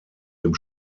dem